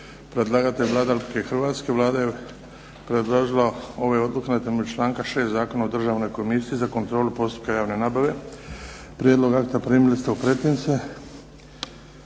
Predlagatelj Vlada Republike Hrvatske. Vlada je predložila ove odluke na temelju članka 6. Zakona o Državnoj komisiji za kontrolu postupka javne nabave. Prijedlog akta primili ste u pretince.